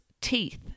teeth